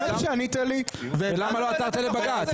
למה לא עתרת לבג"צ?